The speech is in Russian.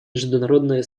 международное